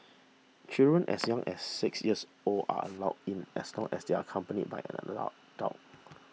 children as young as six years old are allowed in as long as they are accompanied by an allow